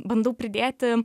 bandau pridėti